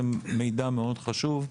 זה מידע מאוד חשוב.